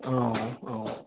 औ औ